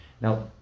Now